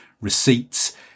receipts